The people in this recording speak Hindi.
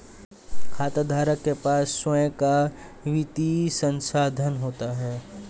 खाताधारक के पास स्वंय का वित्तीय संसाधन होता है